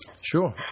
Sure